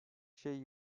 şey